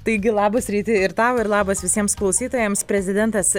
taigi labas ryti ir tau ir labas visiems klausytojams prezidentas